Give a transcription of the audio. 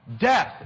Death